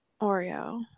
Oreo